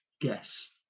guess